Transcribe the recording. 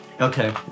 Okay